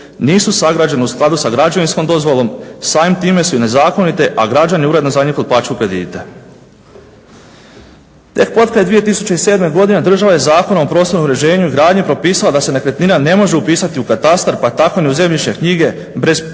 nisu sagrađene u skladu sa građevinskom dozvolom. Samim time su i nezakonite, a građani uredno za njih otplaćuju kredite. Tek potkraj 2007. godine država je Zakonom o prostornom uređenju i gradnji propisala da se nekretnina ne može upisati u katastar, pa tako ni u zemljišne knjige bez prilaganja